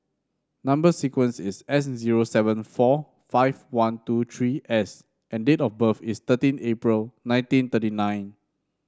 number sequence is S zero seven four five one two three S and date of birth is thirteen April nineteen thirty nine